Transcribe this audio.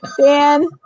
Dan